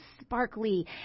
sparkly